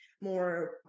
more